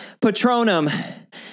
Patronum